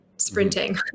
sprinting